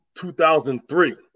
2003